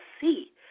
see